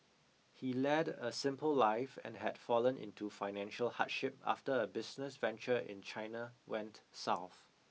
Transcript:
he led a simple life and had fallen into financial hardship after a business venture in China went south